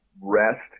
rest